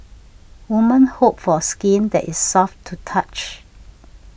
women hope for skin that is soft to touch